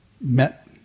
met